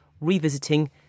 revisiting